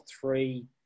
three